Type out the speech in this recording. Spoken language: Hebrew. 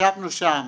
ישבנו שם